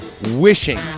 Wishing